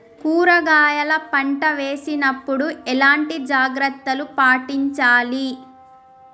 కూరగాయల పంట వేసినప్పుడు ఎలాంటి జాగ్రత్తలు పాటించాలి?